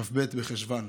כ"ב בחשוון.